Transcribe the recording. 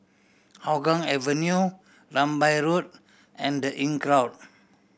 Hougang Avenue Rambai Road and The Inncrowd